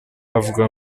avuga